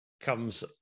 comes